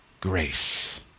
grace